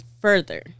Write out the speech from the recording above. further